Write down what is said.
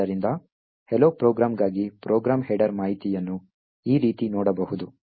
ಆದ್ದರಿಂದ hello ಪ್ರೋಗ್ರಾಂಗಾಗಿ program header ಮಾಹಿತಿಯನ್ನು ಈ ರೀತಿ ನೋಡಬಹುದು